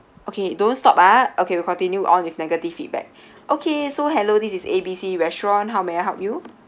okay don't stop ah okay we continue on with negative feedback okay so hello this is A B C restaurant how may I help you